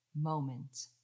moment